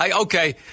Okay